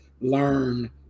learn